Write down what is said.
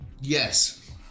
Yes